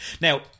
Now